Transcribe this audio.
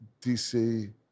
DC